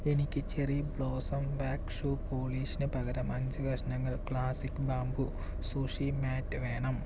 എനിക്ക് cherry blossom wax shoe പോളിഷ്ന് പകരം അഞ്ച് കഷണങ്ങൾ ക്ലാസ്സിക് ബാംബൂ സുഷി മാറ്റ് വേണം